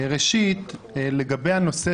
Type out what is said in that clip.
ראשית, לגבי הנושא